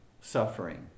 suffering